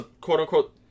quote-unquote